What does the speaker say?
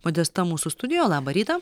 modesta mūsų studijoj labą rytą